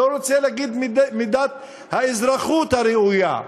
לא רוצה להגיד מידת האזרחות הראויה,